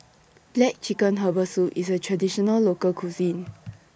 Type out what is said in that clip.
Black Chicken Herbal Soup IS A Traditional Local Cuisine